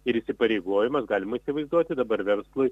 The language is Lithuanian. ir įsipareigojimas galima įsivaizduoti dabar verslui